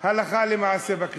בכנסת הלכה למעשה.